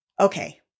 okay